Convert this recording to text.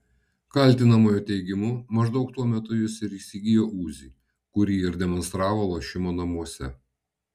kaltinamojo teigimu maždaug tuo metu jis ir įsigijo uzi kurį ir demonstravo lošimo namuose